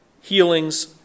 healings